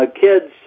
kids